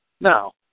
Now